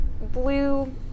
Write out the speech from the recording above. blue